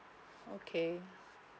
okay